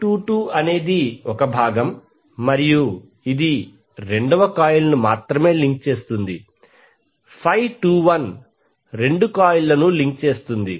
22 అనేది 1 భాగం మరియు ఇది రెండవ కాయిల్ను మాత్రమే లింక్ చేస్తుంది 21రెండు కాయిల్ లను లింక్ చేస్తుంది